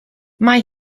mae